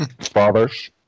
fathers